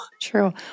True